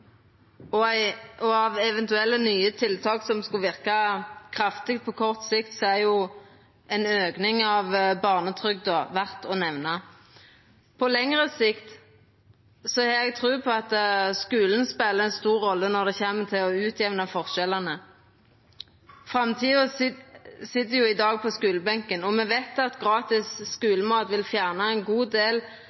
og ei løn å leva av. Og av eventuelle nye tiltak som skulle kunna verka kraftig på kort sikt, er ei auking av barnetrygda verd å nemna. På lengre sikt har eg tru på at skulen spelar ei stor rolle når det kjem til å jamna ut forskjellane. Framtida sit jo i dag på skulebenken. Og me veit at gratis skulemat vil fjerna ein god del